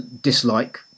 dislike